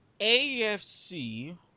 AFC